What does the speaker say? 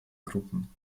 gruppen